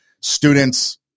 students